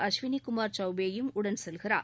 அஸ்வினி குமார் சவுபேவும் உடன் செல்கிறார்